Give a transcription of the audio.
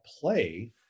play